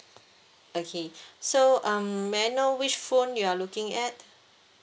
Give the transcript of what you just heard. okay so um may I know which phone you are looking at